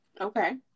okay